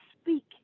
speak